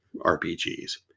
RPGs